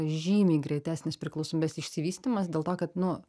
žymiai greitesnis priklausomybės išsivystymas dėl to kad nu